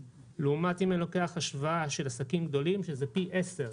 לעומת אם אני לוקח השוואה של עסקים גדולים שזה פי 10,